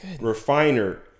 Refiner